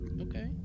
Okay